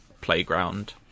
playground